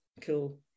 cool